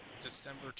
December